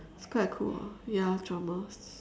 it's quite cool ah ya dramas